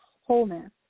wholeness